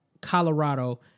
Colorado